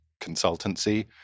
consultancy